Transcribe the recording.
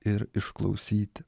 ir išklausyti